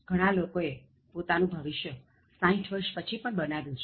ઘણાં લોકોએ પોતાનું ભવિષ્વ્ય 60 વર્ષ પછી પણ બનાવ્યું છે